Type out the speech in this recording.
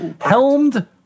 Helmed